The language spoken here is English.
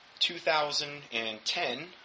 2010